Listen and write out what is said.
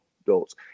adults